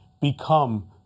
become